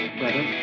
brother